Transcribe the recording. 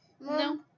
No